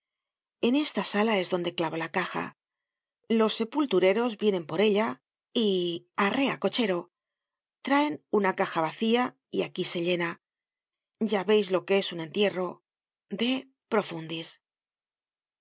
en esta sala es donde clavo la caja los sepultureros vienen por ella y arrea cochero traen una caja vacía y aquí se llena ya veis lo que es un entierro de profundis